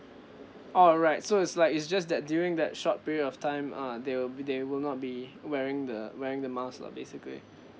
alright so it's like it's just that during that short period of time uh they will be they will not be wearing the wearing the mask lah basically